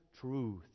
truth